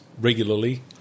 regularly